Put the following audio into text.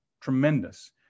tremendous